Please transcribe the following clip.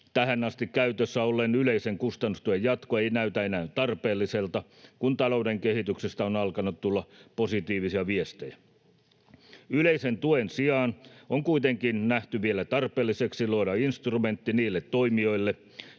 tähän asti käytössä olleen yleisen kustannustuen jatko ei näytä enää tarpeelliselta, kun talouden kehityksestä on alkanut tulla positiivisia viestejä. Yleisen tuen sijaan on kuitenkin nähty vielä tarpeelliseksi luoda instrumentti niille toimijoille,